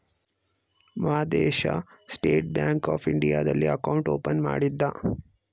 Madesha state bank of ಇಂಡಿಯಾದಲ್ಲಿ account open ಮಾಡಿದ್ದ